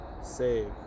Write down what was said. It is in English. Save